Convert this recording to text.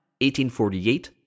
1848